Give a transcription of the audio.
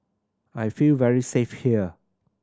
I feel very safe here